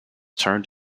turned